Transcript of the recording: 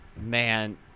man